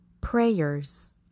prayers